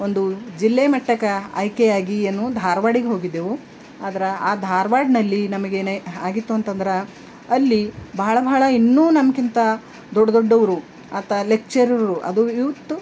ಒಂದು ಜಿಲ್ಲೆ ಮಟ್ಟಕ್ಕೆ ಆಯ್ಕೆಯಾಗಿ ಏನು ಧಾರ್ವಾಡಕ್ಕೆ ಹೋಗಿದ್ದೆವು ಆದ್ರೆ ಆ ಧಾರವಾಡ್ನಲ್ಲಿ ನಮಗೇನೆ ಆಗಿತ್ತು ಅಂತಂದ್ರೆ ಅಲ್ಲಿ ಬಹಳ ಬಹಳ ಇನ್ನೂ ನಮ್ಗಿಂತ ದೊಡ್ಡ ದೊಡ್ಡವರು ಆತ ಲೆಕ್ಚರರು ಅದು ಯೂತ್